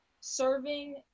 serving